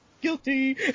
guilty